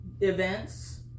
events